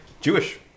Jewish